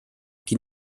die